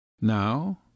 Now